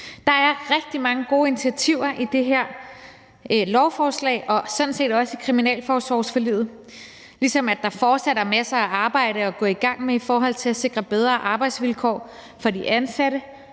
Der er rigtig mange gode initiativer i det her lovforslag og sådan set også i kriminalforsorgsforliget, ligesom der fortsat er masser af arbejde at gå i gang med i forhold til at sikre bedre arbejdsvilkår for de ansatte